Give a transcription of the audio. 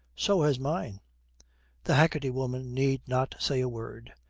so has mine the haggerty woman need not say a word.